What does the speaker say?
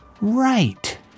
Right